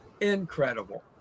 Incredible